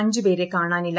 അഞ്ചു പേരെ കാണാനില്ല